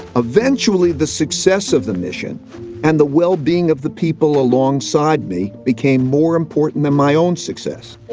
eventually the success of the mission and the well-being of the people alongside me became more important than my own success.